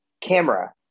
camera